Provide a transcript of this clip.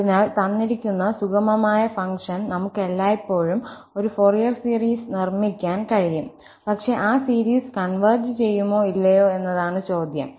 അതിനാൽ തന്നിരിക്കുന്ന സുഗമമായ ഫംഗ്ഷൻ നമുക്ക് എല്ലായ്പ്പോഴും ഒരു ഫൊറിയർ സീരീസ് നിർമ്മിക്കാൻ കഴിയും പക്ഷേ ആ സീരീസ് കൺവെർജ് ചെയ്യുമോ ഇല്ലയോ എന്നതാണ് ചോദ്യം